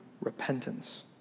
repentance